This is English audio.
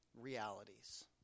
realities